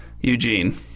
Eugene